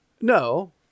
No